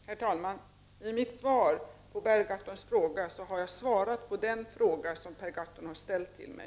Herr talman! I mitt svar på Per Gahrtons fråga har jag besvarat just den fråga som Per Gahrton har ställt till mig.